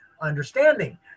understanding